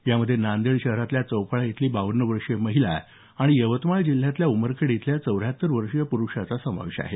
यामध्ये नांदेड शहरातल्या चौफळा इथली बावन्न वर्षीय महिला आणि यवतमाळ जिल्ह्यातल्या उमरखेड इथल्या चौऱ्याहत्तर वर्षीय प्रुषाचा समावेश आहे